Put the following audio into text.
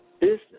business